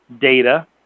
data